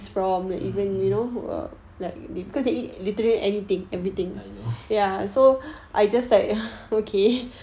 mm mm I know